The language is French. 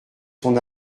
son